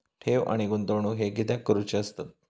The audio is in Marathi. ठेव आणि गुंतवणूक हे कित्याक करुचे असतत?